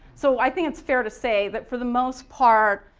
so i think it's fair to say that for the most part,